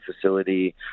facility